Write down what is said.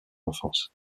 enfance